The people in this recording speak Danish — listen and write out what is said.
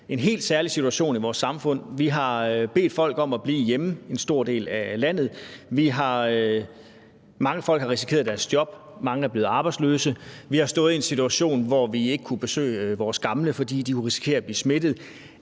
en helt særlig situation i vores samfund. Vi har bedt folk om at blive hjemme i en stor del af landet. Mange folk har risikeret deres job, og mange er blevet arbejdsløse. Vi har stået i en situation, hvor vi ikke kunne besøge vores gamle, fordi de kunne risikere at blive smittet.